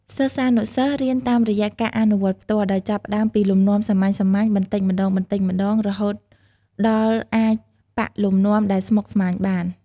សិស្សានុសិស្សរៀនតាមរយៈ ការអនុវត្តផ្ទាល់ ដោយចាប់ផ្ដើមពីលំនាំសាមញ្ញៗ បន្តិចម្ដងៗ រហូតដល់អាចប៉ាក់លំនាំដែលស្មុគស្មាញបាន។